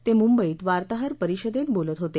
ते मुंबईत वार्ताहर परिषदेत बोलत होते